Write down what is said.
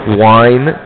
wine